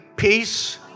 peace